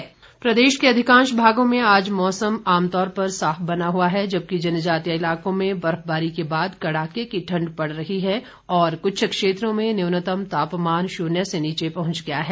मौसम प्रदेश के अधिकांश भागों में आज मौसम आमतौर पर साफ बना हुआ है जबकि जनजातीय इलाकों में बर्फबारी के बाद कड़ाके की ठंड पड़ रही है और कुछ क्षेत्रों में न्यूनतम तापमान शून्य से नीचे पहुंच गया है